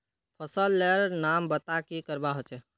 फसल लेर नाम बता की करवा होचे?